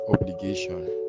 obligation